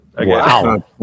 Wow